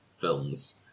films